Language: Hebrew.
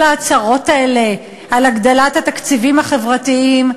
כל ההצהרות האלה על הגדלת התקציבים החברתיים,